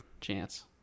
chance